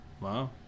Wow